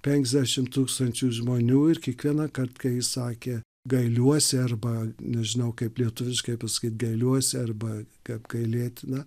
penkiasdešim tūkstančių žmonių ir kiekvienąkart kai jis sakė gailiuosi arba nežinau kaip lietuviškai pasakyti gailiuosi arba apgailėtina